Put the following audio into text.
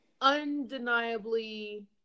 undeniably